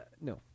No